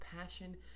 passion